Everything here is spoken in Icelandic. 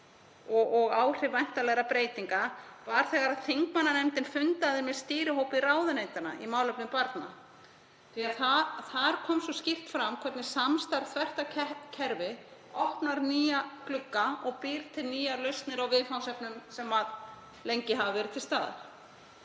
og áhrif væntanlegra breytinga, var þegar þingmannanefnd fundaði með stýrihópi ráðuneytanna í málefnum barna. Þar kom svo skýrt fram hvernig samstarf þvert á kerfi opnar nýja glugga og býr til nýjar lausnir á viðfangsefnum sem lengi hafa verið til staðar.